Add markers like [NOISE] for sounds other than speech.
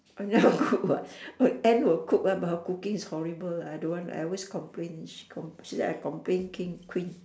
I never [LAUGHS] cook what my aunt will cook one mah her cooking is horrible I don't want I always complain she com~ she say I complain king queen